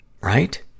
right